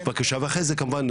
בבקשה ואחרי זה כמובן,